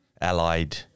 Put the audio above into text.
Allied